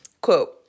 Quote